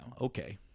Okay